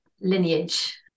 lineage